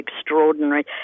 extraordinary